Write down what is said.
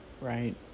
Right